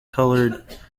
colored